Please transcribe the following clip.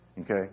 okay